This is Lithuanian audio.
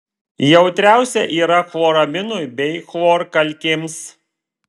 jautriausia yra chloraminui bei chlorkalkėms